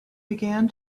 began